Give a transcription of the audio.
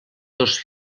dos